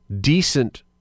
decent